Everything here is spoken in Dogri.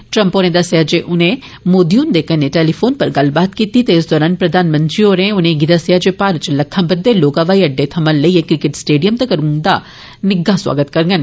ट्रम्प होरे दस्सेआ जे उनें श्री मोदी हुंदे कन्नै टेलीफोन पर गल्लबात कीती ते इस दौरान प्रधानमंत्री होरें उनें'गी दस्सेआ जे भारत च लक्खां बद्दे लोक ब्हाई अड्डे थमां लेइयै क्रिकेट स्टेडियम तक्कर उंदा निग्गा सोआगत करङन